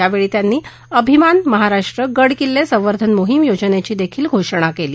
यावेळी त्यांनी अभिमान महाराष्ट्र गड किल्ले संवर्धन मोहीम योजनेची देखील घोषणा केली